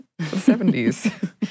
70s